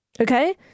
Okay